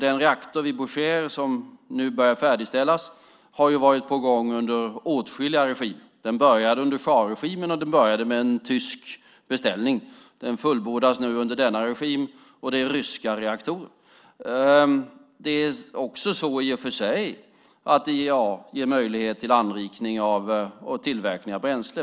Den reaktor vid Bushehr som nu börjar färdigställas har ju varit på gång under åtskilliga regimer. Den började under shahregimen och med en tysk beställning. Den fullbordas nu under denna regim, och det är ryska reaktorer. Det är också så, i och för sig, att IEA ger möjlighet till anrikning och tillverkning av bränsle.